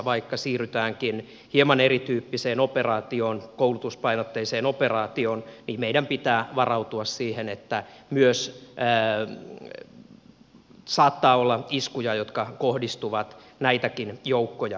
vaikka siirrytäänkin hieman erityyppiseen operaatioon koulutuspainotteiseen operaatioon niin meidän pitää varautua siihen että myös saattaa olla iskuja jotka kohdistuvat näitäkin joukkoja kohtaan